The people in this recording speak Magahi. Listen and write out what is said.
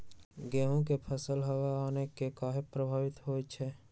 गेंहू के फसल हव आने से काहे पभवित होई छई?